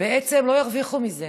בעצם לא ירוויחו מזה,